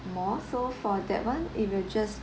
mall so for that one it will just